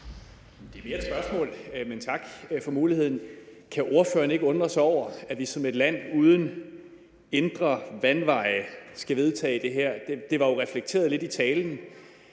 Det er mere et spørgsmål, men tak for muligheden. Kan ordføreren ikke undre sig over, at vi som et land uden indre vandveje skal vedtage det her? Det blev jo reflekteret lidt over